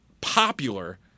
popular